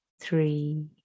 three